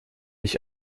ich